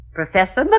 Professor